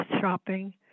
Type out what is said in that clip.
shopping